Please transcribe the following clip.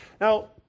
Now